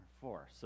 four